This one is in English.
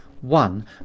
one